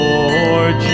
Lord